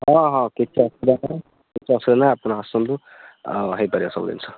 ହଁ ହଁ କିଛି ଅସୁବିଧା ନାହିଁ କିଛି ଅସୁବିଧା ନାହିଁ ଆପଣ ଆସନ୍ତୁ ହେଇପାରିବ ସବୁ ଜିନିଷ ହେଲା